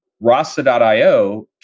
Rasa.io